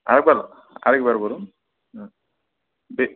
আরেকবার আরেকবার বলুন হুম দেখছি